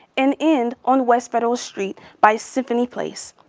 and end on west federal street by symphony place.